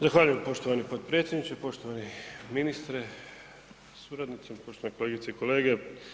Zahvaljujem poštovani potpredsjedniče, poštovani ministre sa suradnicom, poštovane kolegice i kolege.